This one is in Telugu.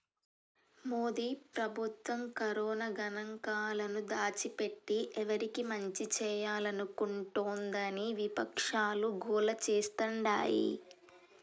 మోదీ ప్రభుత్వం కరోనా గణాంకాలను దాచిపెట్టి ఎవరికి మంచి చేయాలనుకుంటోందని విపక్షాలు గోల చేస్తాండాయి